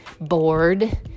bored